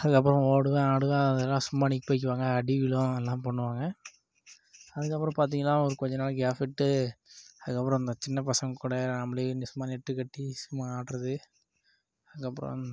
அதுக்கப்புறம் ஓடுவேன் ஆடுவேன் அதெலாம் சும்மா நிக் போய்க்குவாங்க அடி விழும் அதெலாம் பண்ணுவாங்க அதுக்கப்புறம் பார்த்திங்ன்னா ஒரு கொஞ்ச நாளைக்கு எபிஃட்டு அதுக்கப்புறம் அந்த சின்ன பசங்கள் கூட அப்படியே சும்மா நெட்டு கட்டி சும்மா ஆடுறது அதுக்கப்புறம்